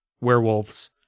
werewolves